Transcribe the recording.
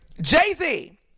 Jay-Z